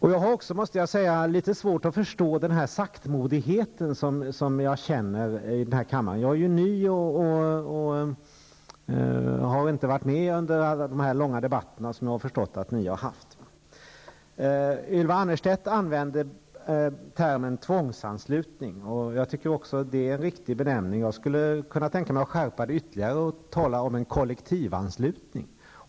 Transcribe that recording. Jag har också, måste jag säga, litet svårt att förstå den saktmodighet som jag känner i den här kammaren. Jag är ju ny och har inte varit med om de långa debatter som jag har förstått att ni har haft. Ylva Annerstedt använde termen tvångsanslutning. Jag tycker också att det är en riktig benämning. Jag skulle kunna tänka mig att skärpa den ytterligare och tala om en kollektivanslutning.